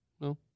No